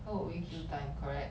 what would you kill time correct